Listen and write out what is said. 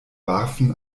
warfen